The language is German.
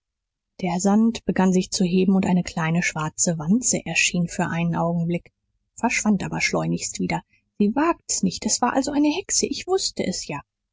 der sand begann sich zu heben und eine kleine schwarze wanze erschien für einen augenblick verschwand aber schleunigst wieder sie wagt's nicht es war also eine hexe ich wußte es ja